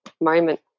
moment